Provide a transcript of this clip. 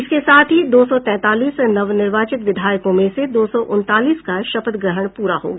इसके साथ ही दो सौ तैंतालीस नवनिर्वाचित विधायकों में से दो सौ उन्तालीस का शपथ ग्रहण पूरा हो गया